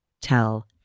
tell